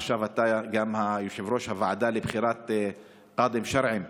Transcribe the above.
עכשיו אתה גם יושב-ראש הוועדה לבחירת קאדים שרעיים,